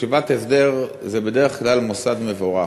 ישיבת הסדר זה בדרך כלל מוסד מבורך,